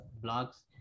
blogs